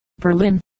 Berlin